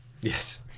Yes